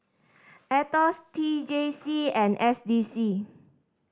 Aetos T J C and S D C